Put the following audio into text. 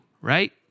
right